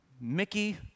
Mickey